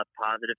positive